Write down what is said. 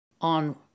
on